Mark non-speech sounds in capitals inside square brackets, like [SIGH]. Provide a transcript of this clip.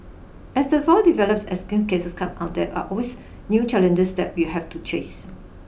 as the [UNINTELLIGIBLE] develops as new cases come up there are always new challenges that we have to chase